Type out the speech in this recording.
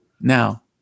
Now